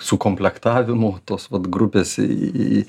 sukomplektavimu tos vat grupės į